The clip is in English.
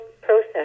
process